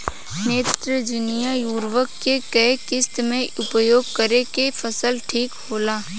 नेत्रजनीय उर्वरक के केय किस्त मे उपयोग करे से फसल ठीक होला?